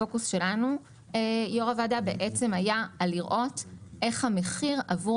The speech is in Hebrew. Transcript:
הפוקוס שלנו היה לראות איך המחיר עבור